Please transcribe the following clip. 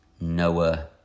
Noah